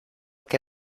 que